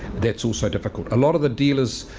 that's also difficult. a lot of the dealers,